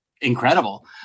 incredible